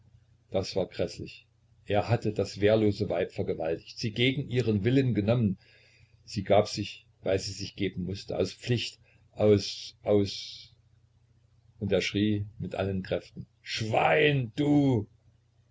das war gräßlich er hatte das wehrlose weib vergewaltigt sie gegen ihren willen genommen sie gab sich weil sie sich geben mußte aus pflicht aus aus und er schrie mit allen kräften schwein du